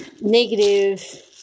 negative